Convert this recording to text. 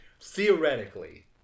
Theoretically